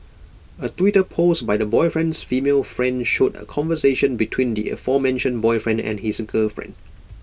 A Twitter post by the boyfriend's female friend showed A conversation between the aforementioned boyfriend and his girlfriend